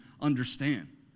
understand